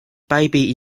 baby